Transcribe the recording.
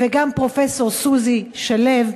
וגם פרופסור סוזי שלו,